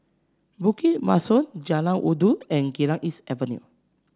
Bukit Mugliston Jalan Rindu and Geylang East Avenue